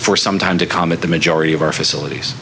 for some time to combat the majority of our facilities